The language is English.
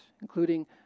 including